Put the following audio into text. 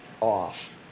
off